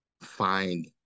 find